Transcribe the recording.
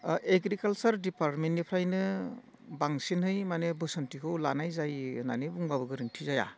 agriculture डिपार्टमेन्टनिफ्रायनो बांसिनहै माने बोसोनथिखौ लानाय जायो होननानै बुंब्लाबो गोरोन्थि जाया